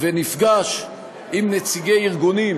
ונפגש עם נציגי ארגונים,